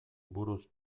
buruz